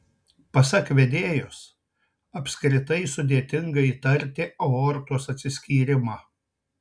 pasak vedėjos apskritai sudėtinga įtarti aortos atsiskyrimą